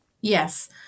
Yes